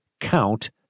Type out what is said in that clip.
count